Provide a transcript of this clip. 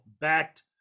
backed